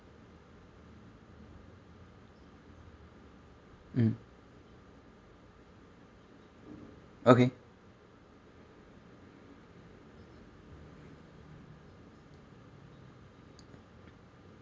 mm okay